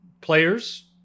players